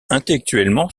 intellectuellement